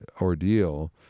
ordeal